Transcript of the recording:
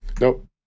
Nope